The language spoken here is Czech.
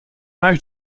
máš